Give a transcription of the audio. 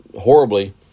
horribly